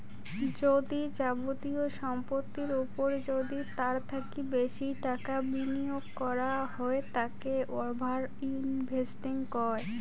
যদি যাবতীয় সম্পত্তির ওপর যদি তার থাকি বেশি টাকা বিনিয়োগ করাঙ হই তাকে ওভার ইনভেস্টিং কহু